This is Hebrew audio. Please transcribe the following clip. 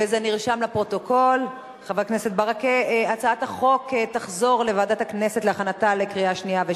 התשע"ב 2012, לוועדת הכנסת נתקבלה.